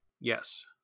Yes